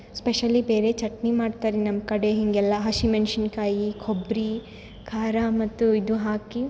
specially ಬೇರೆ ಚಟ್ನಿ ಮಾಡ್ತಾರ್ರೀ ನಮ್ಮ ಕಡೆ ಹೀಗೆಲ್ಲ ಹಸಿ ಮೆಣ್ಸಿನ್ಕಾಯಿ ಕೊಬ್ಬರಿ ಖಾರ ಮತ್ತು ಇದು ಹಾಕಿ